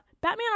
Batman